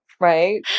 right